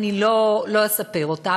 לא אספר אותה,